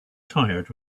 tired